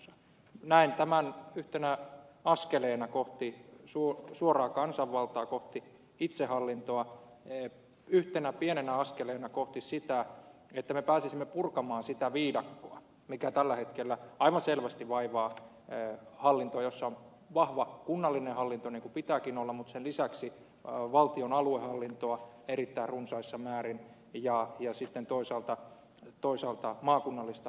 näen tämän yhtenä askeleena kohti suoraa kansanvaltaa kohti itsehallintoa yhtenä pienenä askeleena kohti sitä että me pääsisimme purkamaan sitä viidakkoa mikä tällä hetkellä aivan selvästi vaivaa hallintoa kun on vahva kunnallinen hallinto niin kuin pitääkin olla mutta sen lisäksi valtion aluehallintoa erittäin runsaissa määrin ja sitten toisaalta maakunnallista hallintoa seutukuntahallintoa